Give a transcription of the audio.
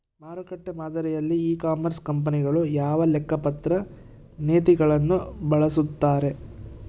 ಮಾರುಕಟ್ಟೆ ಮಾದರಿಯಲ್ಲಿ e commerce ಕಂಪನಿಗಳು ಯಾವ ಲೆಕ್ಕಪತ್ರ ನೇತಿಗಳನ್ನು ಬಳಸುತ್ತಾರೆ?